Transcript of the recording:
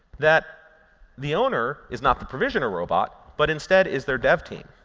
that the owner is not the provisioner robot but instead is their dev team,